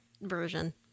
version